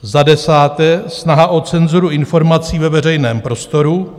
Za desáté, snaha o cenzuru informací ve veřejném prostoru.